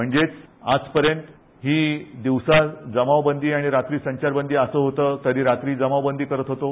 म्हणजेच आजपर्यंत ही दिवसा जमावबंदी आणि रात्री संचाखंदी असं होतं कधी रात्री जमावबंदी करत होतो